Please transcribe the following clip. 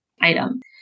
item